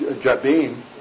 Jabin